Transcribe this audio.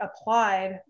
applied